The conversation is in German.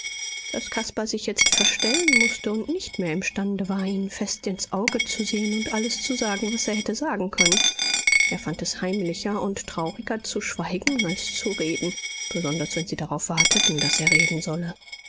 daß caspar sich jetzt verstellen mußte und nicht mehr imstande war ihnen fest ins auge zu sehen und alles zu sagen was er hätte sagen können er fand es heimlicher und trauriger zu schweigen als zu reden besonders wenn sie darauf warteten daß er reden solle